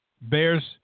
Bears